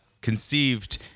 conceived